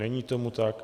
Není tomu tak.